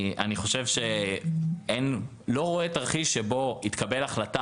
אני לא רואה תרחיש שבו תתקבל החלטה